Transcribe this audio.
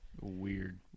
Weird